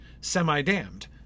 semi-damned